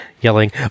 yelling